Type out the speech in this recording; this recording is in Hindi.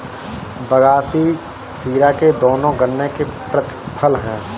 बगासी शीरा ये दोनों गन्ने के प्रतिफल हैं